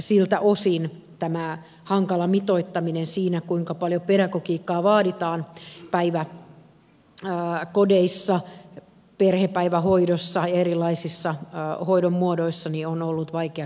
siltä osin tämä hankala mitoittaminen siinä kuinka paljon pedagogiikkaa vaaditaan päiväkodeissa perhepäivähoidossa ja erilaisissa hoidon muodoissa on ollut vaikea kysymys